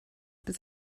bis